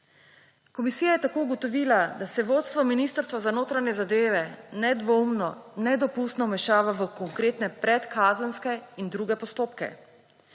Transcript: Komisija je tako ugotovila, da se vodstvo Ministrstva za notranje zadeve nedvomno nedopustno vmešava v konkretne predkazenske in druge postopke.